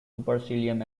supercilium